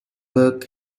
work